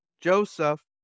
Joseph